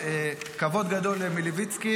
כבוד גדול למלביצקי.